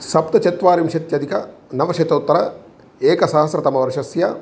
सप्तचत्वारिंशत्यदिक नवशतोत्तर एकसहस्रतमवर्षस्य